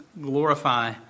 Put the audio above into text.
glorify